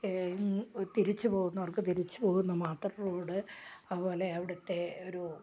തിരിച്ചു പോകുന്നവർക്ക് തിരിച്ചു പോകുന്നത് മാത്രം റോഡ് അതുപോലെ അവിടുത്തെ ഒരു